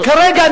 כרגע,